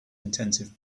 intensive